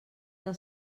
del